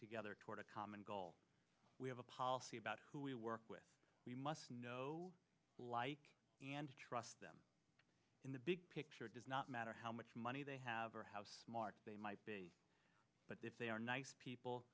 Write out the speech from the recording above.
together toward a common goal we have a policy about who we work with we must know like and trust them in the big picture does not matter how much money they have or how smart they might be but if they are nice people